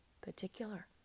particular